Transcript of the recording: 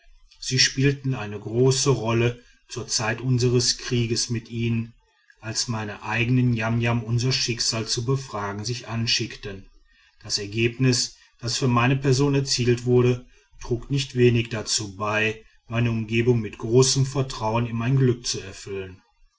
sie spielten eine große rolle zur zeit unseres kriegs mit ihnen als meine eigenen niamniam unser schicksal zu befragen sich anschickten das ergebnis das für meine person erzielt wurde trug nicht wenig dazu bei meine umgebung mit großem vertrauen in mein glück zu erfüllen